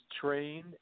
trained